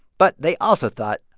but they also thought,